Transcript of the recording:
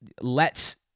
lets